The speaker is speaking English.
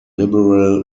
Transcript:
liberal